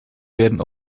werden